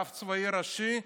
הרב הצבאי הראשי,